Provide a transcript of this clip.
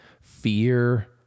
fear